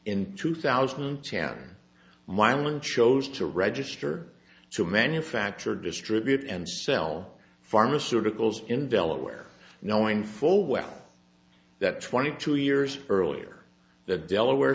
in two thousand and ten mining chose to register to manufacture distribute and sell pharmaceuticals in delaware knowing full well that twenty two years earlier the delaware